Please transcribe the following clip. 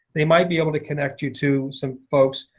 they might be able to connect you to some folks.